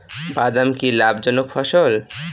বাদাম কি লাভ জনক ফসল?